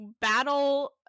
battle